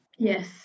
Yes